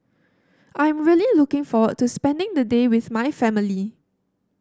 I'm really looking forward to spending the day with my family